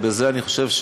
בזה, אני חושב,